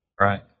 right